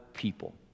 people